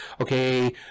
okay